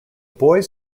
boys